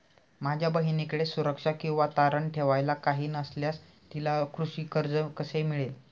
माझ्या बहिणीकडे सुरक्षा किंवा तारण ठेवायला काही नसल्यास तिला कृषी कर्ज कसे मिळेल?